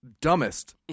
Dumbest